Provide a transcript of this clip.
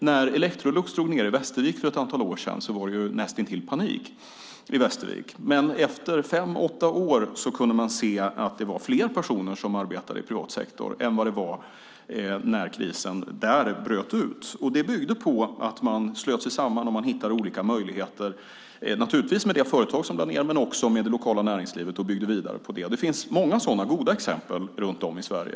När Electrolux drog ned i Västervik för ett antal år sedan var det näst intill panik i Västervik, men efter fem-åtta år kunde man se att det var fler personer som arbetade i privat sektor än vad det var när krisen där bröt ut. Det byggde på att man slöt sig samman och hittade olika möjligheter, naturligtvis med det företag som lade ned, men också med det lokala näringslivet, och så byggde man vidare på det. Det finns många sådana goda exempel runt om i Sverige.